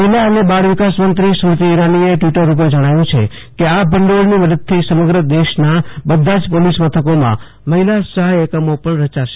મહિલા અને બાળ વિકાસ મંતઢરી સ્મૃતિ ઈરાનીએ ટ્વિટર ઉપર જણાવ્યું છે કે આ ભંડોળની મદદથી સમગ્ર દેશના બધા જ પોલીસ મથકોમાં મહિલા સહાય એકમો પણ રચાશે